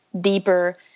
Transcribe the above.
deeper